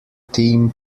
team